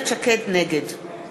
נגד